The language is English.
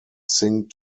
sing